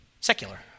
secular